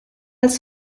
als